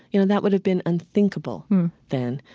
you know, that would've been unthinkable then.